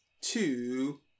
two